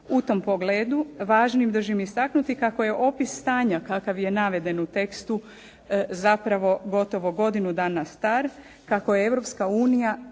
U tom pogledu važnim držim istaknuti kako je opis stanja kakav je naveden u tekstu, zapravo godinu dana star, kako je Europska unija